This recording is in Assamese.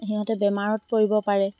সিহঁতে বেমাৰত পৰিব পাৰে